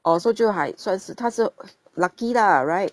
oh so 就还算是他是 lucky lah right